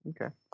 Okay